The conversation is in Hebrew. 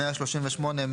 138,